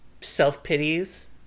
self-pities